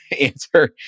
answer